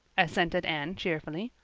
assented anne cheerfully.